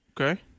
Okay